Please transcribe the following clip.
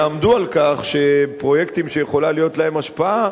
יעמדו על כך שפרויקטים שיכולה להיות להם השפעה,